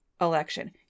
election